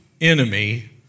enemy